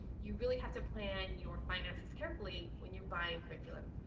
you really have to plan your finances carefully when you're buying curriculum.